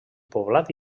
poblat